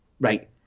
right